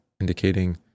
indicating